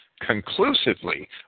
conclusively